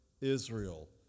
Israel